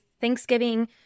Thanksgiving